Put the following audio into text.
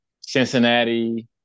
Cincinnati